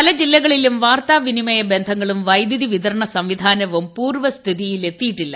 പല ജില്ലകളിലും വാർത്താ വിനിമയ സംവിധാനങ്ങളും വൈദ്യുതി വിതരണ സംവിധാനവും പൂർവ്വസ്ഥിതിയിൽ എത്തിയിട്ടില്ല